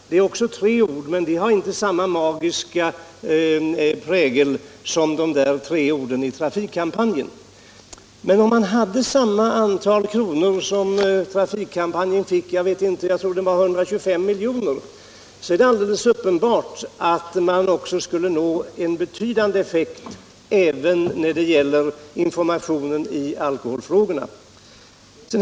Också det är tre ord, men de har inte samma magiska prägel som de tre ord som användes i trafikkampanjen. Men om man hade samma antal kronor som trafikkampanjen fick —- jag tror det var 125 miljoner —- kunde man alldeles uppenbart nå en betydande effekt även när det gäller informationen i alkoholfrågorna.